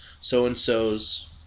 so-and-so's